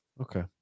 Okay